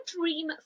dream